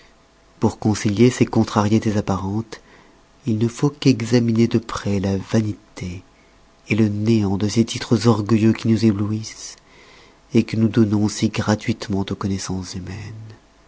pour concilier ces contrariétés apparentes il ne faut qu'examiner de près la vanité le néant de ces titres orgueilleux qui nous éblouissent que nous donnons si gratuitement aux connaissances humaines